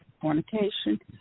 fornication